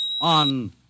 on